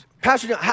Pastor